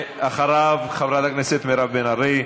אחריו, חברת הכנסת מירב בן ארי.